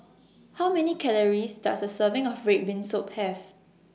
How Many Calories Does A Serving of Red Bean Soup Have